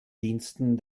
diensten